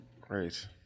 Great